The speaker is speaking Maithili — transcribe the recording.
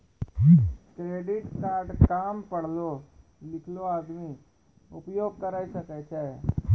क्रेडिट कार्ड काम पढलो लिखलो आदमी उपयोग करे सकय छै?